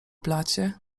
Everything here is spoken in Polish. blacie